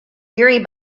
yuri